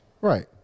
Right